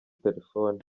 telefoni